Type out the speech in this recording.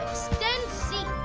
extend seat.